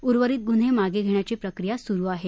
उर्वरित ग्न्हे मागे घेण्याची प्रक्रिया सुरु आहे